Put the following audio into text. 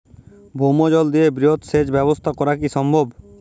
ভৌমজল দিয়ে বৃহৎ সেচ ব্যবস্থা করা কি সম্ভব?